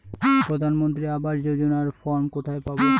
প্রধান মন্ত্রী আবাস যোজনার ফর্ম কোথায় পাব?